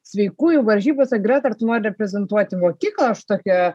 sveikųjų varžybose greta ar tu nori reprezentuoti mokyklą aš tokia